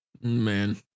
Man